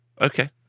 okay